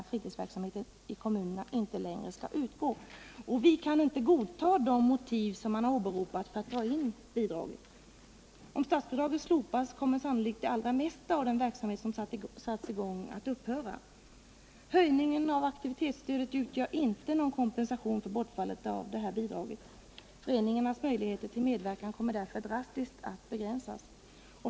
Vi kan inte godta det motiv man åberopat för att dra in bidraget. Om statsbidraget slopas kommer sannolikt det allra mesta av den verksamhet som satts i gång att upphöra. Höjningen av aktivitetsstödet utgör ingen kompensation för bortfallet av detta bidrag. Föreningarnas möjlighet till medverkan kommer därför drastiskt att begränsas.